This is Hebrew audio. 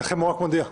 לכם הוא רק מודיע.